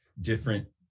different